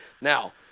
now